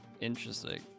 interesting